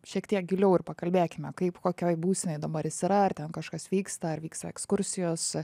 šiek tiek giliau ir pakalbėkime kaip kokioj būsenoj dabar jis yra ar ten kažkas vyksta ar vyksta ekskursijos